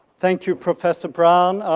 thank you, professor brown.